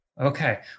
Okay